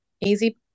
Easy